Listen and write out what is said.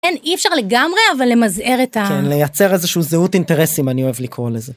כן, אי אפשר לגמרי, אבל למזער את ה... כן, לייצר איזשהו זהות אינטרסים אני אוהב לקרוא לזה.